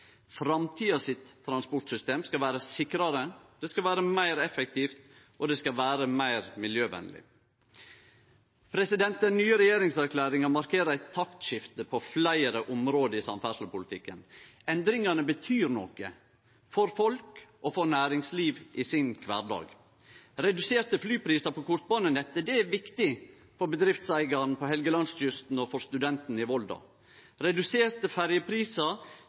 skal vere sikrare, det skal vere meir effektivt, og det skal vere meir miljøvenleg. Den nye regjeringserklæringa markerer eit taktskifte på fleire område i samferdselspolitikken. Endringane betyr noko for kvardagen til folk og næringsliv. Reduserte flyprisar på kortbanenettet er viktig for bedriftseigaren på Helgelandskysten og for studenten i Volda. Reduserte ferjeprisar